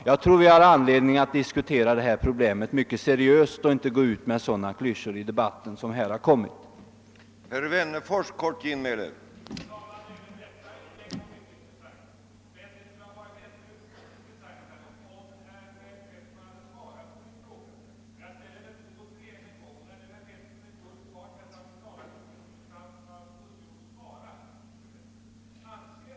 Jag tror vi har anledning att diskutera detta problem mycket mera seriöst i stället för att gå ut i debatten med sådana allmänna beskyllningar som moderata samlingspartiet har kommit med här.